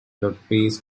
lotteries